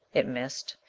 it missed.